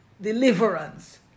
deliverance